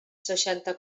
seixanta